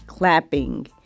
Clapping